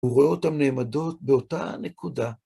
הוא רואה אותם נעמדות באותה נקודה.